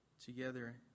together